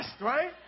right